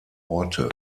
orte